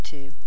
Two